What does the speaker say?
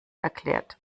erklärt